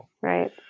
Right